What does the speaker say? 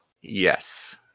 Yes